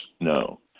no